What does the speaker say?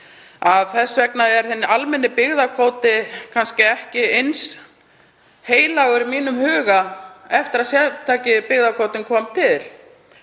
Þess vegna er hinn almenni byggðakvóti kannski ekki eins heilagur í mínum huga eftir að sértæki byggðakvótinn kom til.